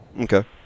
Okay